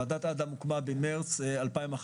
ועדת אדם הוקמה במרס 2011,